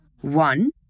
One